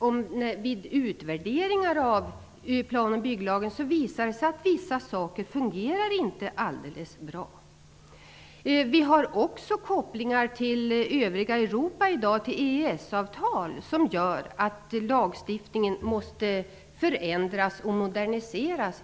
Vid utvärderingar av plan och bygglagen visade det sig att vissa saker inte fungerade alldeles bra. I dag finns det kopplingar till övriga Europa via EES-avtalet, vilket gör att lagstiftningen måste förändras och moderniseras.